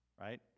right